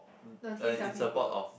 the t_s_l people